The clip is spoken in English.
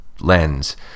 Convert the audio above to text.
lens